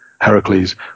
Heracles